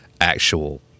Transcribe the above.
actual